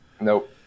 Nope